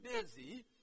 busy